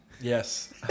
Yes